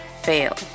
fail